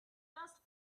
just